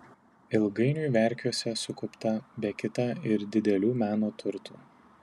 ilgainiui verkiuose sukaupta be kita ir didelių meno turtų